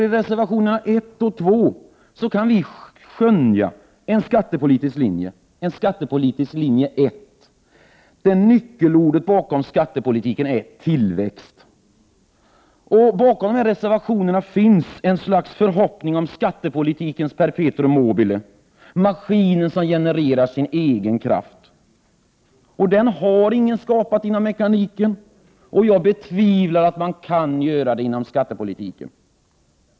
I reservationerna 1 och 2 kan vi skönja en skattepolitisk linje, en skattepolitisk linje 1 där nyckelordet bakom skattepolitiken är ”tillväxt”. Bakom dessa reservationer finns en förhoppning om ett slags skattepolitikens perpetuum mobile, maskinen som genererar sin egen kraft. Den har ingen lyckats skapa inom mekaniken, och jag betvivlar att någon kan göra det inom skattepolitiken.